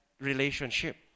relationship